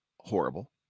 horrible